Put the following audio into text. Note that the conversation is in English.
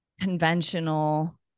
conventional